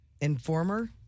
Informer